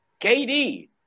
KD